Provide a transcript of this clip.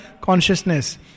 consciousness